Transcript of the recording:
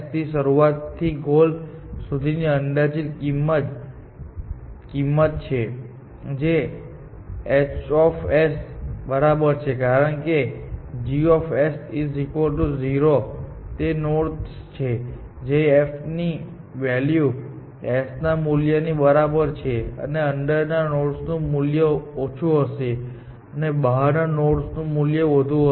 તે શરૂઆતથી ગોલ સુધી અંદાજિત કિંમત છે જે h બરાબર છે કારણ કે g 0 તે નોડ્સ છે જેની f વેલ્યુ s ના મૂલ્ય ની બરાબર છે અને અંદરના નોડ્સનું મૂલ્ય ઓછું હશે અને બહારના નોડ્સનું મૂલ્ય વધુ છે